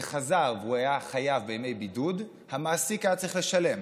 וחזר והיה חייב בימי בידוד, המעסיק היה צריך לשלם.